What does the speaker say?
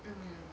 mm